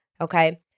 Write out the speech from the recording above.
Okay